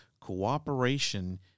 cooperation